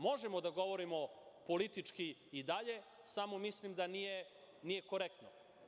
Možemo da govorimo politički i dalje, samo mislim da nije korektno.